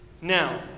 Now